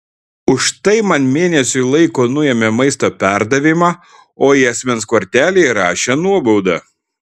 už tai man mėnesiui laiko nuėmė maisto perdavimą o į asmens kortelę įrašė nuobaudą